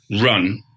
run